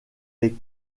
les